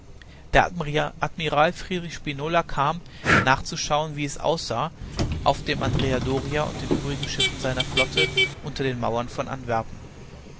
der admiral friedrich spinola kam nachzuschauen wie es aussah auf dem andrea doria und den übrigen schiffen seiner flotte unter den mauern von antwerpen